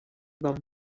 del